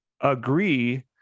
agree